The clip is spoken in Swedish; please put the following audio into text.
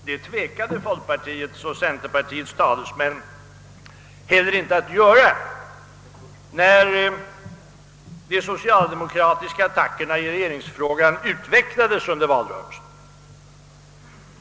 Det tvekade folkpartiets och centerpartiets talesmän heller inte att göra, när de socialdemokratiska attackerna i regeringsfrågan utvecklades under valrörelsen.